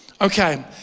Okay